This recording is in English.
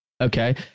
Okay